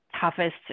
toughest